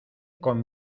con